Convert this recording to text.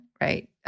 right